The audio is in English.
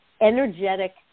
energetic